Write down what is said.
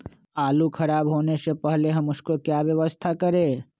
आलू खराब होने से पहले हम उसको क्या व्यवस्था करें?